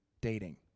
dating